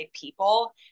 people